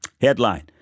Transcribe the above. Headline